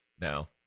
No